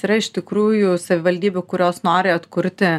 yra iš tikrųjų savivaldybių kurios nori atkurti